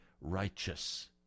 righteous